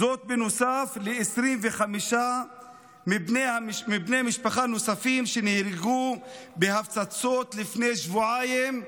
זאת בנוסף ל-25 בני משפחה נוספים שנהרגו בהפצצות לפני שבועיים,